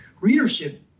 readership